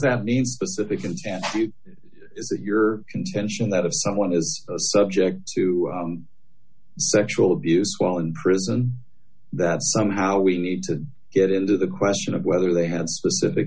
that leave specific consent is it your contention that of someone is subject to sexual abuse fall in prison that somehow we need to get into the question of whether they have specific